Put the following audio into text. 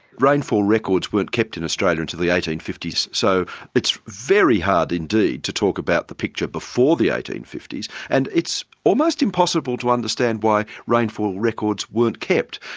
rainfall records weren't kept in australia until the eighteen fifty s so it's very hard indeed to talk about the picture before the eighteen fifty s and it's almost impossible to understand why rainfall records weren't kept.